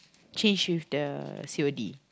change with the C_O_D